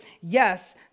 yes